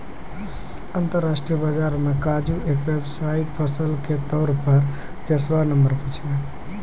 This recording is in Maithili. अंतरराष्ट्रीय बाजार मॅ काजू एक व्यावसायिक फसल के तौर पर तेसरो नंबर पर छै